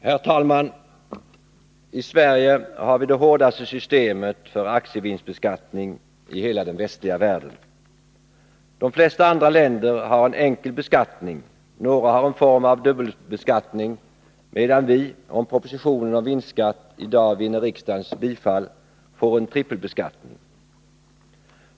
Herr talman! I Sverige har vi det hårdaste systemet för aktievinstbeskattning i hela den västliga världen. De flesta andra länder har en enkel beskattning, några har en form av dubbelbeskattning, medan vi, om propositionen om vintskatt i dag vinner riksdagens bifall, får en trippelbeskattning.